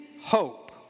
hope